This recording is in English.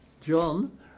John